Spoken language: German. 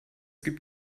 gibt